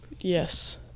Yes